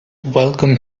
welcome